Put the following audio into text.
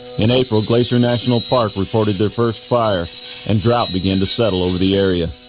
in april glacier national park reported their first fire and drought began to settle over the area